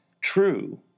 true